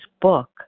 book